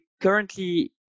currently